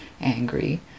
angry